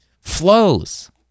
flows